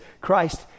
Christ